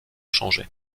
changé